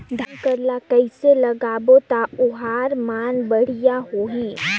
धान कर ला कइसे लगाबो ता ओहार मान बेडिया होही?